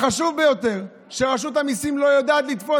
החשוב ביותר הוא שרשות המיסים לא יודעת לתפוס